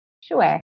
Sure